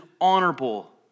honorable